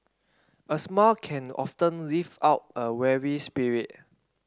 a smile can often lift up a weary spirit